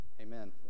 Amen